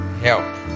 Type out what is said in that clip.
Help